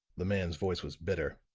the man's voice was bitter.